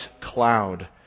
cloud